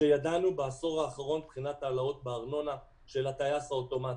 שידענו בעשור האחרון מבחינת העלאות בארנונה של הטייס האוטומטי.